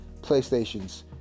playstations